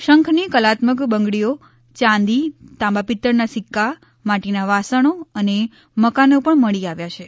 શંખની કલાત્મક બંગડીઓ ચાંદી તાંબા પિત્તળના સિક્કા માટીના વાસણો અને મકાનો પણ મળી આવ્યા છે